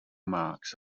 marks